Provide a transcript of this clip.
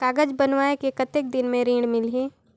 कागज बनवाय के कतेक दिन मे ऋण मिलही?